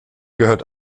gehört